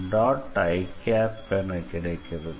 i என கிடைக்கிறது